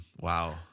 Wow